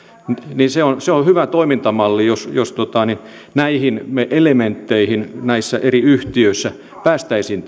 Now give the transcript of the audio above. se olisi hyvä toimintamalli jos jos näihin elementteihin näissä eri yhtiöissä päästäisiin